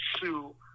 sue